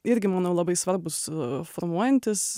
irgi manau labai svarbūs formuojantis